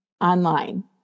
online